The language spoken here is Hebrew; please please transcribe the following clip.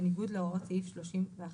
בניגוד להוראות סעיף 31(א).